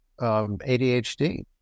ADHD